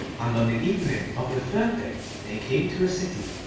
and on the evening of the third day they came to a city,